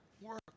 work